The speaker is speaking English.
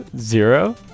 Zero